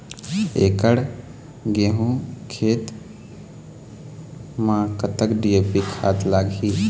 एकड़ गेहूं खेत म कतक डी.ए.पी खाद लाग ही?